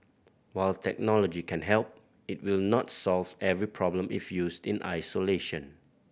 while technology can help it will not solves every problem if used in isolation